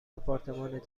آپارتمان